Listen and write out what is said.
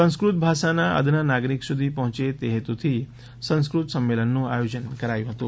સંસ્કૃત ભાષા અદના નાગરિક સુધી પહોંચે તે હેતુથી સંસ્કૃત સંમેલનનું આયોજન કરાયું હતું